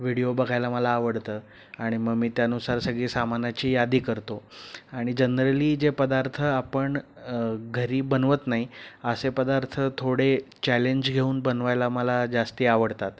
video बघायला मला आवडतं आणि मग मी त्यानुसार सगळी सामानाची यादी करतो आणि जनरली जे पदार्थ आपण घरी बनवत नाही असे पदार्थ थोडे चॅलेंज घेऊन बनवायला मला जास्ती आवडतात